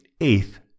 eighth